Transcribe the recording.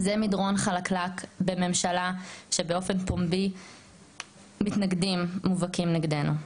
זה מדרון חלקלק בממשלה שבאופן פומבי מתנגדים מובהקים נגדנו.